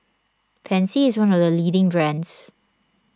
Pansy is one of the leading brands